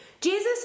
Jesus